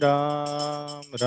Ram